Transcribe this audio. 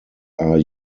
are